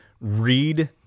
read